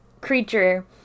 creature